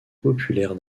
populaires